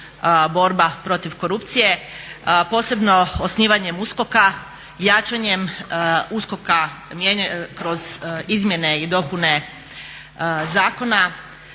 borba protiv korupcije, posebno osnivanjem USKOK-a, jačanjem USKOK-a kroz izmjene i dopune zakona,